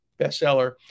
bestseller